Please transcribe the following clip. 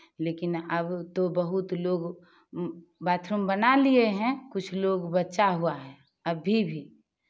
लेकिन अब तो बहुत लोग बाथरूम बना लिए हैं कुछ लोग बचा हुआ है अभी भी